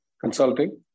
consulting